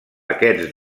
aquests